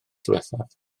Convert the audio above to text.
ddiwethaf